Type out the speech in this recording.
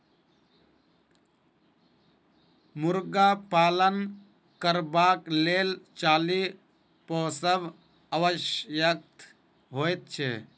मुर्गा पालन करबाक लेल चाली पोसब आवश्यक होइत छै